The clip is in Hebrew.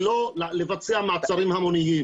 ולא לבצע מעצרים המוניים.